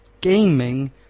gaming